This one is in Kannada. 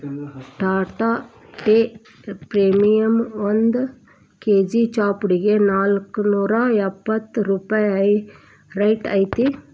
ಟಾಟಾ ಟೇ ಪ್ರೇಮಿಯಂ ಒಂದ್ ಕೆ.ಜಿ ಚಾಪುಡಿಗೆ ನಾಲ್ಕ್ನೂರಾ ಎಪ್ಪತ್ ರೂಪಾಯಿ ರೈಟ್ ಐತಿ